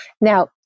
Now